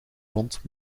rond